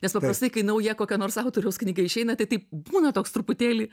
nes paprastai kai nauja kokia nors autoriaus knyga išeina tai taip būna toks truputėlį